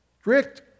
strict